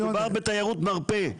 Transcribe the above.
מדובר בתיירות מרפא.